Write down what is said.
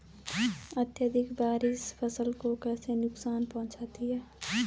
अत्यधिक बारिश फसल को कैसे नुकसान पहुंचाती है?